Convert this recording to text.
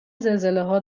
زلزلهها